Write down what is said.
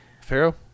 Pharaoh